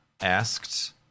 asked